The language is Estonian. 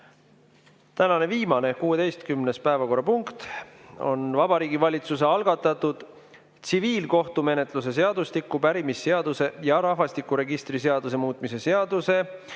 Tänane viimane, 16. päevakorrapunkt on Vabariigi Valitsuse algatatud tsiviilkohtumenetluse seadustiku, pärimisseaduse ja rahvastikuregistri seaduse muutmise seaduse